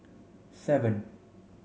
seven